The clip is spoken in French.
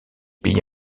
pays